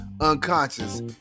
Unconscious